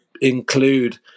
include